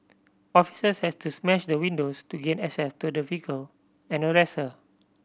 officers had to smash the windows to gain access to the vehicle and arrest her